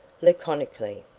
laconically.